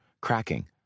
cracking